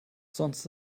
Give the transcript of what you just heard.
sonst